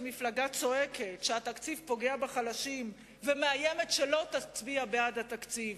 מפלגה צועקת שהתקציב פוגע בחלשים ומאיימת שלא תצביע בעד התקציב,